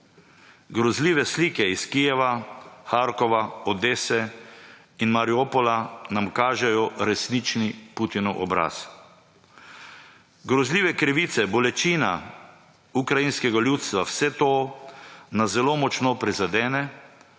Grozljive slike iz Kijeva, Harkova, Odese in Mariupola nam kažejo resnični Putinov obraz. Grozljive krivice, bolečina ukrajinskega ljudstva, vse to nas zelo močno prizadene